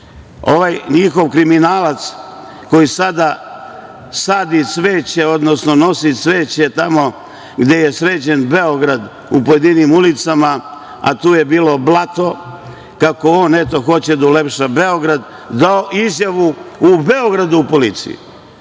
njihov kriminalac koji sada sadi cveće, odnosno nosi cveće tamo gde je sređen Beograd u pojedinim ulicama, a tu je bilo blato, kako on, eto, hoće da ulepša Beograd, dao izjavu u Beogradu u policiji